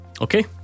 Okay